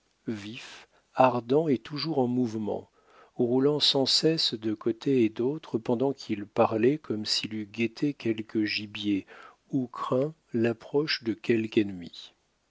vif ardent et toujours en mouvement roulant sans cesse de côté et d'autre pendant qu'il parlait comme s'il eût guetté quelque gibier ou craint l'approche de quelque ennemi